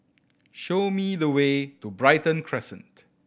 show me the way to Brighton Crescent